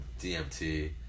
DMT